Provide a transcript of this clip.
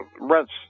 rents